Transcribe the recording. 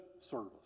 service